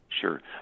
Sure